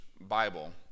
bible